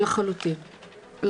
לחלוטין.